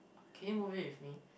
can you move in with me